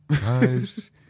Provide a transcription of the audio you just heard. Guys